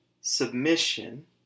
submission